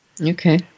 Okay